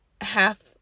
half